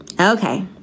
okay